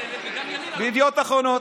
בידיעות אחרונות,